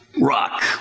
rock